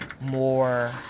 more